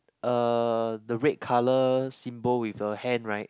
uh the red colour symbol with a hand right